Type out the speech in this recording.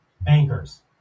bankers